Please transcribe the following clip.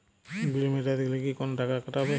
বিল মেটাতে গেলে কি কোনো টাকা কাটাবে?